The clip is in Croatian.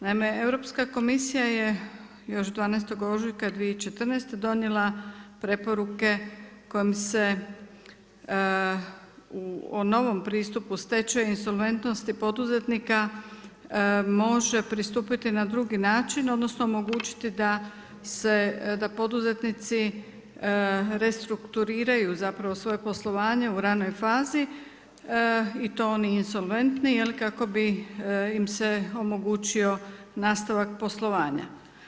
Naime, Europska komisija je još 12. ožujka 2014. donijela preporuke kojim se o novom pristupu stečaju, insolventnosti poduzetnika može pristupiti na drugi način, odnosno omogućiti da se, da poduzetnici restrukturiraju zapravo svoje poslovanje u ranoj fazi i to oni insolventni kako bi im se omogućio nastavak poslovanja.